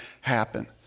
happen